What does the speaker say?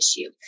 issue